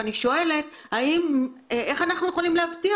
ולכן אני שואלת איך אנחנו יכולים להבטיח